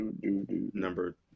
Number